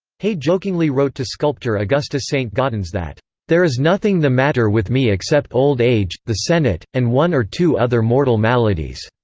hay jokingly wrote to sculptor augustus saint-gaudens that there is nothing the matter with me except old age, the senate, and one or two other mortal maladies